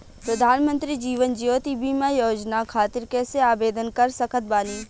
प्रधानमंत्री जीवन ज्योति बीमा योजना खातिर कैसे आवेदन कर सकत बानी?